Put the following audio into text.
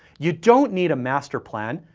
you don't need a master plan.